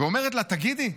ואומרת לה: תגידי,